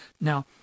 now